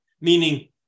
meaning